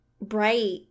bright